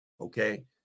okay